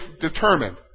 determined